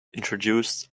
introduced